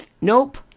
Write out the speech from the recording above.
Nope